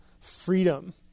freedom